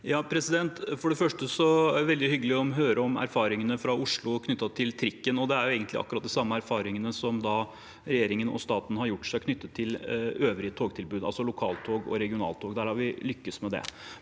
For det første er det veldig hyggelig å høre om erfaringene fra Oslo knyttet til trikken. Det er egentlig akkurat de samme erfaringene som regjeringen og staten har gjort seg knyttet til øvrige togtilbud, altså lokaltog og regiontog. Der har vi lyktes med det.